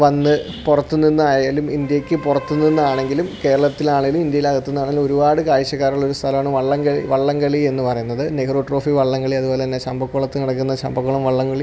വന്നു പുറത്ത് നിന്നായാലും ഇന്ത്യയ്ക്ക് പുറത്ത് നിന്നാണെങ്കിലും കേരളത്തിലാണെങ്കിലും ഇന്ത്യയിൽ അകത്ത് നിന്നാണെങ്കിലും ഒരുപാട് കാഴ്ച്ചക്കാർ ഉള്ള ഒരു സ്ഥലമാണ് വള്ളംകളി വള്ളംകളി എന്ന് പറയുന്നത് നെഹ്റു ട്രോഫി വള്ളം കളി അത് പോലെ തന്നെ ചമ്പക്കുളത്ത് നടക്കുന്ന ചമ്പക്കുളം വള്ളംകളി